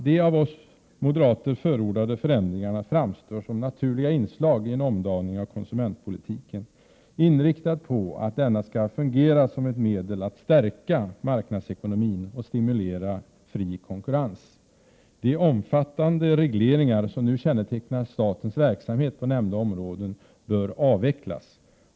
De av oss moderater förordade förändringarna framstår som naturliga inslag i en omdaning av konsumentpolitiken, inriktade på att denna skall fungera som ett medel att stärka marknadsekonomin och stimulera fri konkurrens. De omfattande regleringar som nu kännetecknar statens verksamhet på nämnda områden bör avvecklas.